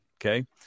Okay